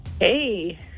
Hey